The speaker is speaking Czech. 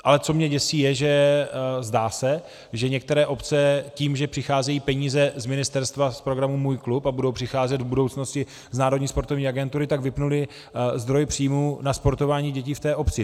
Ale co mě děsí zdá se, že některé obce tím, že přicházejí peníze z ministerstva z programu Můj klub a budou přicházet v budoucnosti z Národní sportovní agentury, tak vypnuly zdroj příjmů na sportování dětí v té obci.